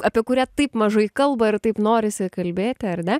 apie kurią taip mažai kalba ir taip norisi kalbėti ar ne